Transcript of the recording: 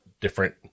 different